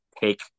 take